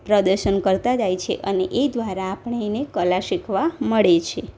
પ્રદર્શન કરતા જાય છે અને એ દ્વારા આપણે એને કલા શીખવા મળે છે